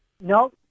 No